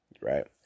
right